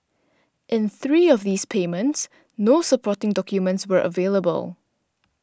in three of these payments no supporting documents were available